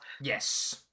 Yes